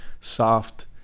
soft